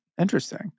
Interesting